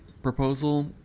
proposal